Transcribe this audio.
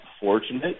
fortunate